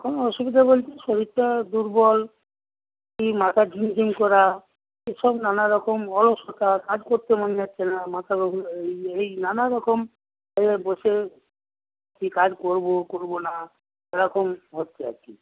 কোনো অসুবিধে বলতে শরীরটা দুর্বল মাথা ঝিমঝিম করা এসব নানারকম অলসতা কাজ করতে মন যাচ্ছেনা মাথার এই নানা রকম এই বসে কি কাজ করবো করবো না এরকম হচ্ছে আর কি